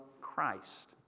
Christ